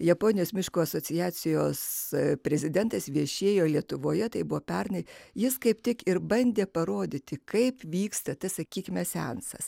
japonijos miškų asociacijos prezidentas viešėjo lietuvoje tai buvo pernai jis kaip tik ir bandė parodyti kaip vyksta tas sakykime seansas